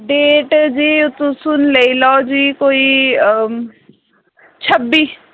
date जी तुस हून लेई लैओ जी कोई छब्बी